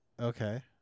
Okay